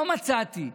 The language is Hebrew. לא מצאתי,